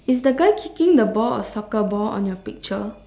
is the guy kicking the ball a soccer ball on your picture